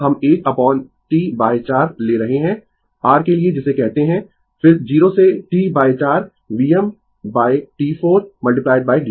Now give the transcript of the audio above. हम 1 upon T 4 ले रहे है r के लिए जिसे कहते है फिर 0 से T 4 Vm T4 dt